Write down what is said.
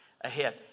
ahead